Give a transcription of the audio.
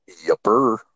Yupper